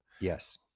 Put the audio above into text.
Yes